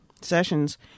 sessions